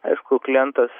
aišku klientas